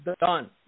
done